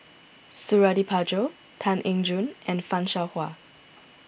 Suradi Parjo Tan Eng Joo and Fan Shao Hua